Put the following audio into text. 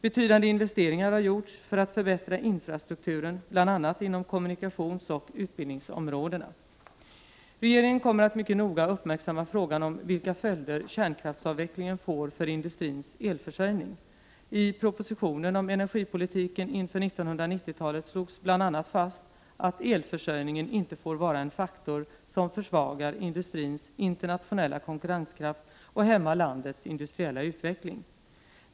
Betydande investeringar har gjorts för att förbättra infrastrukturen bl.a. inom kommunikationsoch utbildningsområdena. Regeringen kommer att mycket noga uppmärksamma frågan om vilka följder kärnkraftsavvecklingen får för industrins elförsörjning. I propositionen om energipolitiken inför 1990-talet slogs bl.a. fast att elförsörjningen inte får vara en faktor som försvagar industrins internationella konkurrenskraft och hämmar landets industriella utveckling.